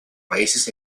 países